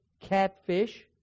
catfish